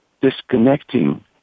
disconnecting